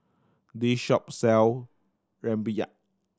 this shop sell rempeyek